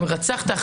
אם רצחת,